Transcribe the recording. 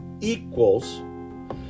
equals